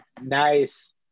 nice